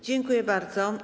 Dziękuję bardzo.